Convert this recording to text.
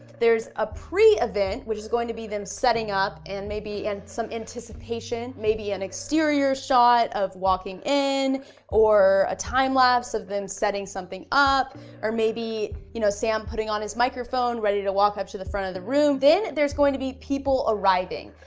there's a pre-event which is going to be them setting up and maybe and some anticipation, maybe an exterior shot of walking in or a time-lapse of them setting something up or maybe you know sam putting on his microphone, ready to walk up to the front of the room. then there's going to be people arriving,